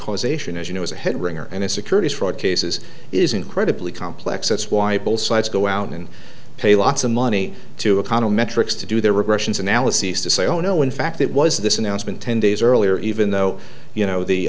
causation as you know is a head ringer and a securities fraud cases is incredibly complex that's why both sides go out and pay lots of money to econometrics to do their regressions analyses to say oh no in fact it was this announcement ten days earlier even though you know the